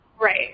Right